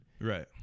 right